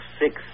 six